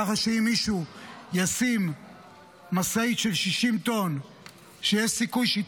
ככה שאם מישהו ישים משאית של 60 טון שיש סיכוי שהיא